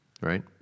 right